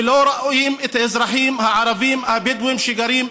ולא רואים את האזרחים הערבים הבדואים שגרים שם.